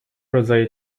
rodzaje